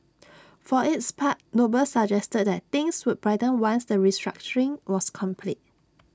for its part noble suggested that things would brighten once the restructuring was complete